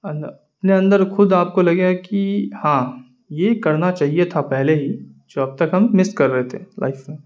اندر اپنے اندر خود آپ کو لگے گا کہ ہاں یہ کرنا چاہیے تھا پہلے ہی جو اب تک ہم مس کر رہے تھے لائف میں